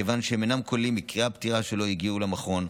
כיוון שהם אינם כוללים מקרי פטירה שלא הגיעו למכון.